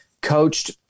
coached